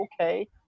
okay